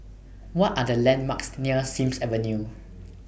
What Are The landmarks near Sims Avenue